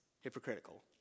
Hypocritical